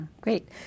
great